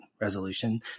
resolution